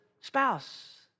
spouse